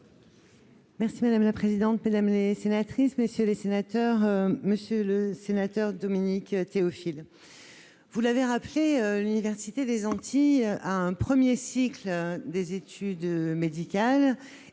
Merci madame la présidente, mesdames les sénatrices, messieurs les sénateurs, monsieur le sénateur Dominique Théophile, vous l'avez rappelé l'université des Antilles à un 1er cycle des études médicales